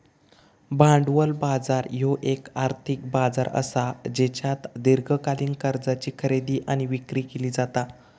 भांडवल बाजार ह्यो येक आर्थिक बाजार असा ज्येच्यात दीर्घकालीन कर्जाची खरेदी आणि विक्री केली जाता